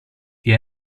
the